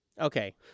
Okay